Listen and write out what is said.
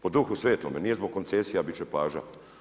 Po Duhu svetome, nije zbog koncesija bit će plaža.